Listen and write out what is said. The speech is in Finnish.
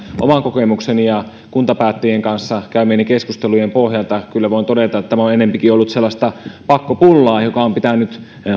oman kokemukseni ja kuntapäättäjien kanssa käymieni keskustelujen pohjalta kyllä voin todeta että tämä on enempikin ollut sellaista pakkopullaa joka on pitänyt